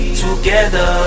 together